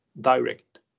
direct